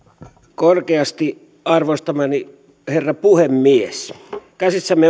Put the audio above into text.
korkeasti arvostamani herra puhemies käsissämme